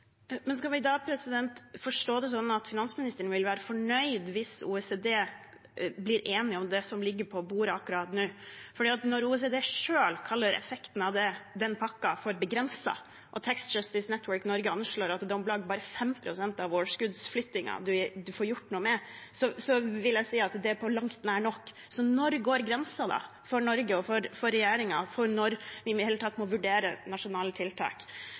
Men skal vi da forstå det sånn at finansministeren vil være fornøyd hvis OECD blir enige om det som ligger på bordet akkurat nå? For når OECD selv kaller effekten av den pakken for begrenset og Tax Justice Network Norge anslår at det er om lag bare 5 pst. av overskuddsflyttingen man får gjort noe med, vil jeg si at det er på langt nær nok. Så når er grensen nådd – for Norge og for regjeringen – for at vi i det hele tatt må vurdere nasjonale tiltak?